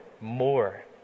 more